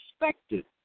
expected